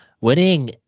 winning